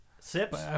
Sips